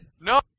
No